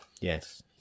Yes